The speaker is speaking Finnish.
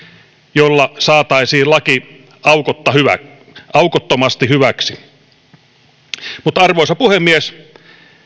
joilla saataisiin laki aukottomasti aukottomasti hyväksi arvoisa puhemies